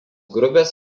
grupės